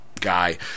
guy